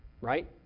Right